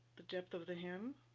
the depth of the hem